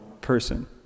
person